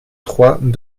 trois